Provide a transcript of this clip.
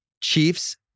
Chiefs